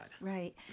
Right